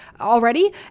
already